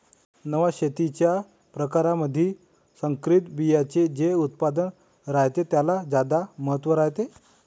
नव्या शेतीच्या परकारामंधी संकरित बियान्याचे जे उत्पादन रायते त्याले ज्यादा महत्त्व रायते